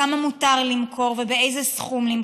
כמה מותר למכור ובאיזה סכום למכור.